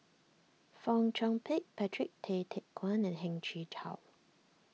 Fong Chong Pik Patrick Tay Teck Guan and Heng Chee How